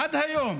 עד היום